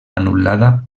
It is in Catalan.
anul·lada